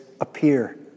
appear